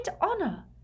honor